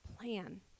plan